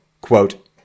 quote